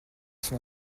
son